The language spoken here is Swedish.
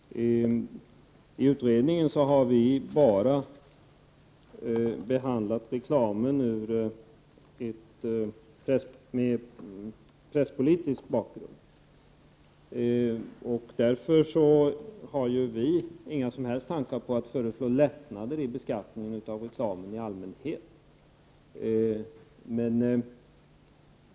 Herr talman! I utredningen har vi behandlat reklamen med presspolitisk bakgrund. Vi har inga som helst tankar på att föreslå lättnader i beskattningen av reklamen i allmänhet.